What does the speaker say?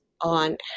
on